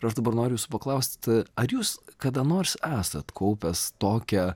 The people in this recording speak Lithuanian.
ir aš dabar noriu jūsų paklaust ar jūs kada nors esat kaupęs tokią